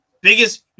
biggest